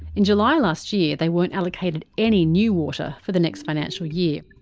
in july last year, they weren't allocated any new water for the next financial year.